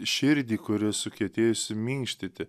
širdį kuri sukietėjusi minkštyti